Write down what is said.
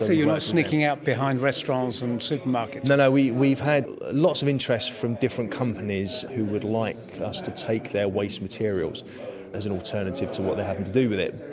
ah you're not sneaking out behind restaurants and supermarkets. and we've we've had lots of interest from different companies who would like us to take their waste materials as an alternative to what they're having to do with it,